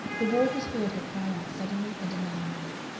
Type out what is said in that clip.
the wardress heard her cry out suddenly and alarmingly,